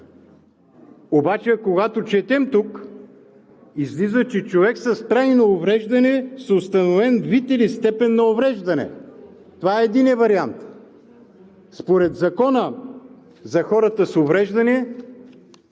Обаче когато четем тук, излиза, че е „човек с трайно увреждане с установени вид и степен на увреждане“. Това е единият вариант. Според Закона за хората с увреждания